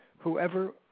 Whoever